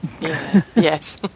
Yes